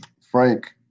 Frank